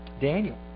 Daniel